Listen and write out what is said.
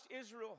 Israel